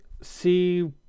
see